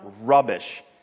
rubbish